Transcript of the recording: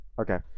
Okay